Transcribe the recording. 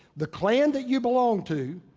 the clan that you belong to,